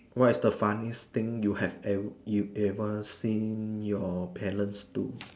what is the funniest thing you have ever you ever seen your parents do